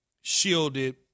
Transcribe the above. shielded